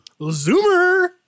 zoomer